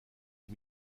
les